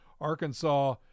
Arkansas